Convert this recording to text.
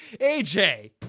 AJ